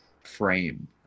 frame